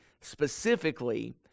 specifically